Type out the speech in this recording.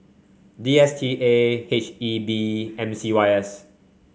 D S T A H E B M C Y S